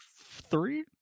three